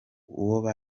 uwo